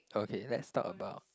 okay let's talk about